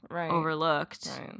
overlooked